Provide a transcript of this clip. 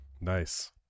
Nice